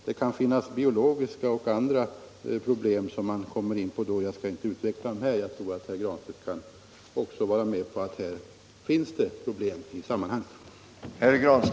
Det kan då uppstå biologiska och andra problem. Jag skall inte utveckla dessa här, men jag tror att herr Granstedt kan hålla med mig om att det finns sådana problem i sammanhanget.